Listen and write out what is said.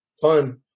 fun